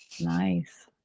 Nice